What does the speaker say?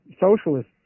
socialists